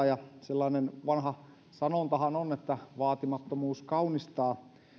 ja sellainen vanha sanontahan on että vaatimattomuus kaunistaa